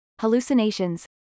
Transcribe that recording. hallucinations